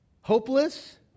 hopeless